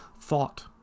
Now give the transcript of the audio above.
thought